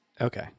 Okay